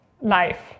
life